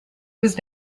was